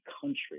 country